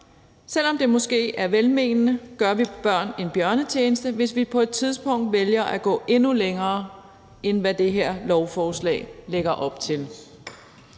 Selv om det måske er velmenende, gør vi børn en bjørnetjeneste, hvis vi på et tidspunkt vælger at gå endnu længere, end hvad det her lovforslag lægger op til.